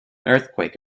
earthquake